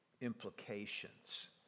implications